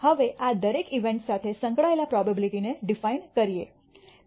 હવે આ દરેક ઇવેન્ટ્સ સાથે સંકળાયેલા પ્રોબેબીલીટી ને ડિફાઇન કરીએ છીએ